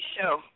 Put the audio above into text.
show